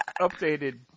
Updated